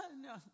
no